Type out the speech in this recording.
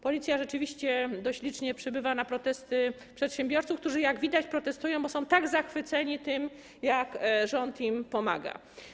Policja rzeczywiście dość licznie przybywa na protesty przedsiębiorców, którzy - jak widać - protestują, bo są tak zachwyceni tym, jak rząd im pomaga.